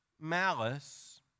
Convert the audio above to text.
malice